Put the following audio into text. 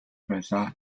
байлаа